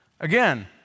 Again